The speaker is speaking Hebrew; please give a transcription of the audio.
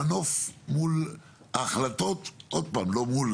מנוף מול ההחלטות לא מול,